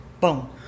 Boom